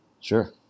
sure